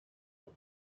for